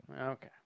Okay